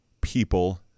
people